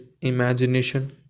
imagination